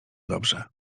dobrze